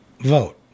vote